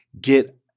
get